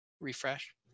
refresh